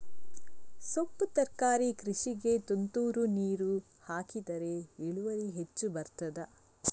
ಸೊಪ್ಪು ತರಕಾರಿ ಕೃಷಿಗೆ ತುಂತುರು ನೀರು ಹಾಕಿದ್ರೆ ಇಳುವರಿ ಹೆಚ್ಚು ಬರ್ತದ?